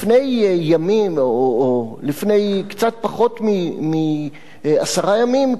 לפני קצת פחות מעשרה ימים,